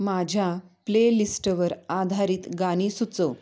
माझ्या प्लेलिस्टवर आधारित गाणी सुचव